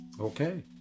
Okay